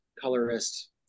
colorist